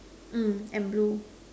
mm and blue